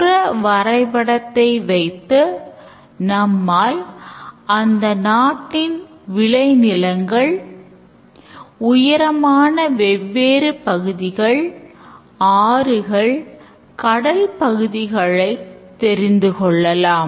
புற வரைபடத்தை வைத்து நம்மால் அந்த நாட்டின் விளைநிலங்கள் உயரமான வெவ்வேறு பகுதிகள் ஆறுகள் மற்றும் கடல் பகுதிகளை தெரிந்துகொள்ளலாம்